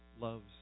loves